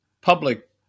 public